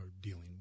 dealing